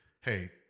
hey